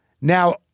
Now